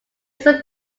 some